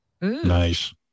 Nice